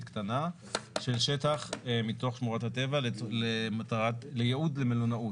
קטנה של שטח מתוך שמורת הטבע לייעוד למלונאות,